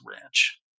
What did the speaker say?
ranch